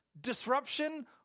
Disruption